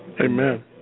Amen